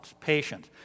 patience